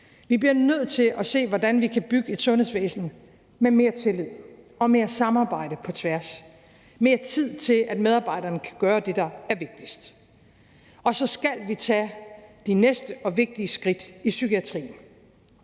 Vi bliver nødt til at se på, hvordan vi kan bygge et sundhedsvæsen med mere tillid og mere samarbejde på tværs – mere tid til, at medarbejderne kan gøre det, der er vigtigst. Så skal vi tage de næste og vigtige skridt i psykiatrien.